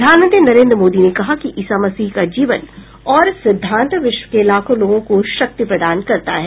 प्रधानमंत्री नरेन्द्र मोदी ने कहा कि ईसा मसीह का जीवन और सिद्धांत विश्व के लाखों लोगों को शक्ति प्रदान करता है